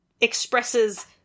expresses